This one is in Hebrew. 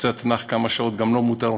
קצת נח כמה שעות, גם לו מותר,